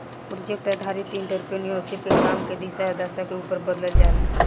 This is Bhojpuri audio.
प्रोजेक्ट आधारित एंटरप्रेन्योरशिप के काम के दिशा आ दशा के उपर बदलल जाला